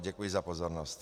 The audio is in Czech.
Děkuji za pozornost.